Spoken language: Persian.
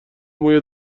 موی